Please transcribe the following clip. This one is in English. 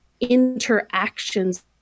interactions